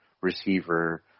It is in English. receiver